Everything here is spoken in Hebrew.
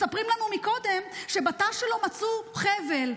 מספרים לנו קודם שבתא שלו מצאו חבל.